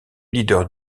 leader